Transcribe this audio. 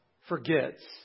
forgets